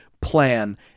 plan